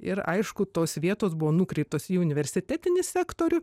ir aišku tos vietos buvo nukreiptos į universitetinį sektorių